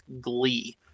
glee